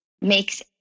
makes